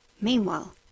Meanwhile